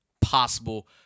possible